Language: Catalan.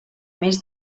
més